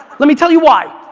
let me tell you why.